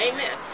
Amen